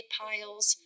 piles